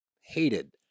hated